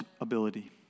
ability